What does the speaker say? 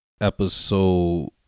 episode